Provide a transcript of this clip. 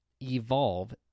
evolve